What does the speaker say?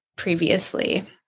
Previously